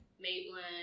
Maitland